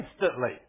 instantly